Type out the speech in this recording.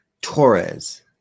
Torres